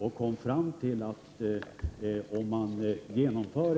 Vi kom fram till att det, om